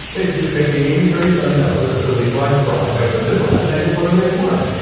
basically, saying they gave me thirty million dollars as a legalized bribe. i took the bribe, and i did whatever they wanted.